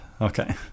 Okay